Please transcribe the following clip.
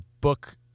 book